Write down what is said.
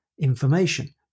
information